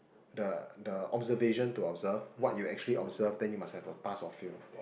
the the observation to observe what you actually observe then you must have a pass or fail